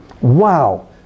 wow